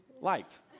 liked